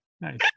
Nice